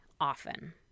often